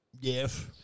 Yes